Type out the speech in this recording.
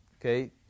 Okay